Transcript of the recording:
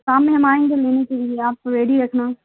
کام میں ہم آئیں گے لینے کے لیے آپ کو ریڈی رکھنا